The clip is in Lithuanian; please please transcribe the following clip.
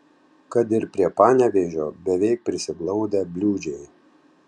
kad ir prie panevėžio beveik prisiglaudę bliūdžiai